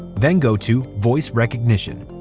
then go to voice recognition.